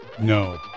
No